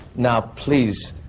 now please.